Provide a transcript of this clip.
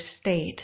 state